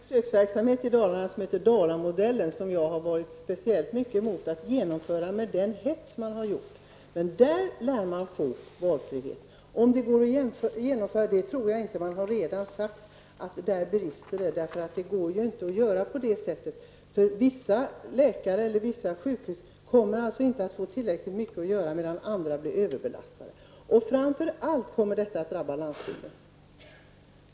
Herr talman! Vi har en försöksverksamhet i Dalarna, som heter Dalamodellen. Jag har varit speciellt mycket emot att genomföra den, med den hets som har förekommit. Där lär man få valfrihet. Jag tror dock inte att detta går att genomföra. Det har redan pekats på brister. Det går inte att genomföra detta, eftersom vissa läkare eller sjukhus inte kommer att få tillräckligt mycket att göra, medan andra blir överbelastade. Framför allt kommer detta att drabba landsbygden.